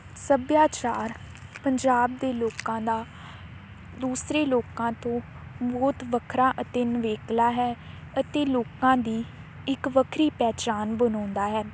ਸੱਭਿਆਚਾਰ ਪੰਜਾਬ ਦੇ ਲੋਕਾਂ ਦਾ ਦੂਸਰੇ ਲੋਕਾਂ ਤੋਂ ਬਹੁਤ ਵੱਖਰਾ ਅਤੇ ਨਵੇਕਲਾ ਹੈ ਅਤੇ ਲੋਕਾਂ ਦੀ ਇੱਕ ਵੱਖਰੀ ਪਹਿਚਾਣ ਬਣਾਉਂਦਾ ਹੈ